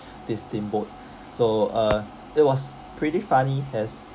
this steamboat so uh that was pretty funny as